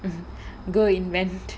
go invent